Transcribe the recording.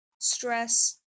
stress